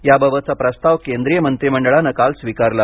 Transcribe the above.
याबाबतचा प्रस्ताव केंद्रीय मंत्रीमंडळाने काल स्वीकारला